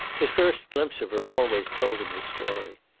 his first glimpse of her always told him the story.